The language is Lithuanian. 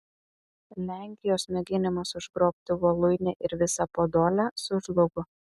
lenkijos mėginimas užgrobti voluinę ir visą podolę sužlugo